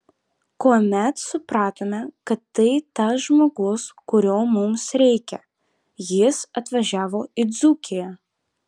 kuomet supratome kad tai tas žmogus kurio mums reikia jis atvažiavo į dzūkiją